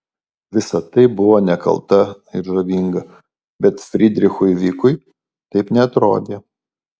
visa tai buvo nekalta ir žavinga bet frydrichui vykui taip neatrodė